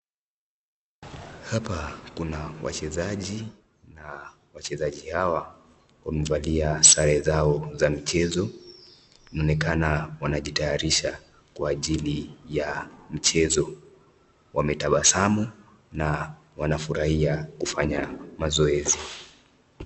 Hapa kuna wachezaji na wachezaji hawa wamevalia sare zao za michezo inaonekana wanajitayarisha kwa ajili ya mchezo, wametabasamu na wanafurahia kufanya mazoezi.